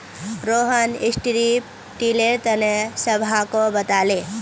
Rohan strip tiller तने सबहाको बताले